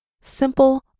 simple